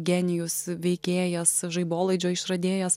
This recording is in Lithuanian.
genijus veikėjas žaibolaidžio išradėjas